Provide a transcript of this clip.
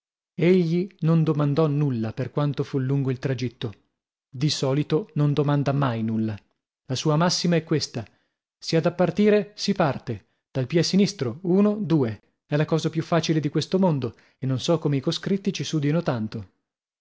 egli non domandò nulla per quanto fu lungo il tragitto di solito non domanda mai nulla la sua massima è questa si ha da partire si parte dal piè sinistro uno due è la cosa più facile di questo mondo e non so come i coscritti ci sudino tanto